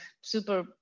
super